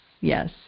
Yes